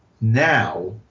now